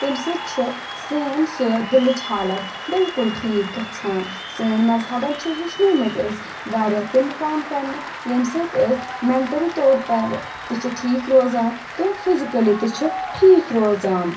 تَمہِ سٍتۍ چھِ سٲنۍ سۅ دلٕچ حالت بلکُل ٹھیٖک گژھان سٲنۍ مذہبن چھِ ہیٚچھنٲومٕتۍ أسۍ واریاہ تِمہٕ کامہٕ کَرنہِ ییٚمہِ سٍتۍ أسۍ مٮ۪نٹلی طور پر تہِ چھِ ٹھیٖک روزان تہٕ فزیکَلی تہِ چھِ ٹھیٖک روزان